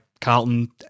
Carlton